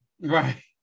right